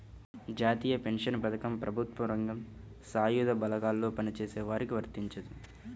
జాతీయ పెన్షన్ పథకం ప్రభుత్వ రంగం, సాయుధ బలగాల్లో పనిచేసే వారికి వర్తించదు